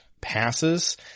passes